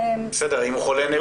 אם הוא חולה נפש,